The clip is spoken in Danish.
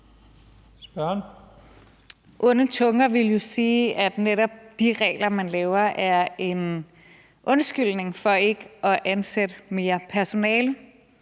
Onde tunger ville jo sige, at netop de regler, man laver, er en undskyldning for ikke at ansætte mere personale.